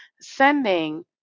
sending